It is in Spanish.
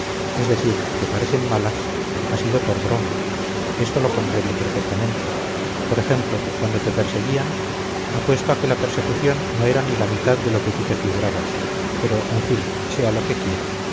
es decir que parecen malas ha sido por broma esto lo comprendo perfectamente por ejemplo cuando te perseguían apuesto a que la persecución no era ni la mitad de lo que tú te figurabas pero en fin sea lo que quiera